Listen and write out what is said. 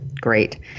great